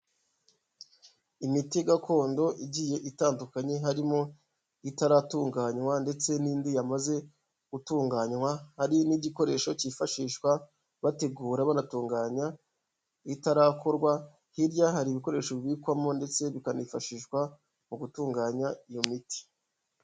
Imiti gakondo igiye itandukanye harimo itaratunganywa ndetse n'indi yamaze gutunganywa, hari n'igikoresho cyifashishwa bategura banatunganya itarakorwa, hirya hari ibikoresho bibikwamo ndetse bikanifashishwa mu gutunganya iyo miti.